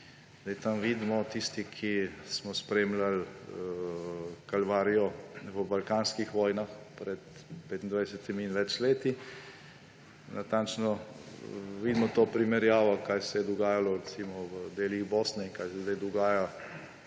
soseščini. Tisti, ki smo spremljali kalvarijo v balkanskih vojnah pred 25 in več leti, natančno vidimo to primerjavo, kaj se je dogajalo, recimo, v delih Bosne in kaj se zdaj dogaja